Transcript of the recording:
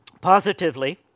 Positively